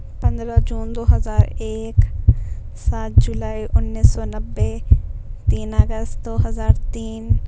پندرہ جون دو ہزار ایک سات جولائی انیس سو نبے تین اگست دو ہزار تین